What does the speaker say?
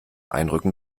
einrücken